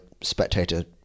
spectator